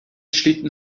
schlitten